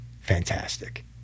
fantastic